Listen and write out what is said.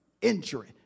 injury